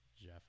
Jeff